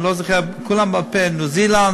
אני לא זוכר את כולן בעל-פה: ניו-זילנד,